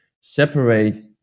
separate